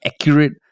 accurate